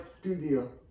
studio